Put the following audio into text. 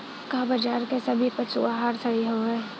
का बाजार क सभी पशु आहार सही हवें?